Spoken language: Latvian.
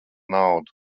naudu